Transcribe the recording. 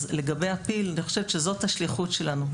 אז לגבי הפיל, אני חושבת שזו השליחות שלנו.